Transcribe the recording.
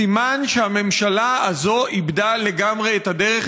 סימן שהממשלה הזו איבדה לגמרי את הדרך,